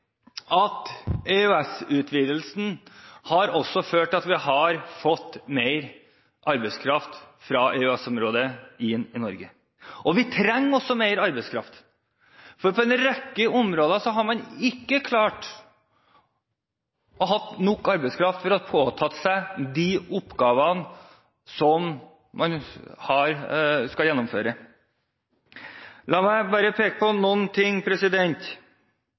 at vi har fått mer arbeidskraft fra EØS-området inn i Norge. Vi trenger mer arbeidskraft. På en rekke områder har man ikke klart å få nok arbeidskraft når man har påtatt seg de oppgavene som man skal gjennomføre. La meg bare peke på noe innenfor noen